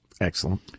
Excellent